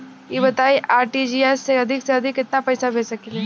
ई बताईं आर.टी.जी.एस से अधिक से अधिक केतना पइसा भेज सकिले?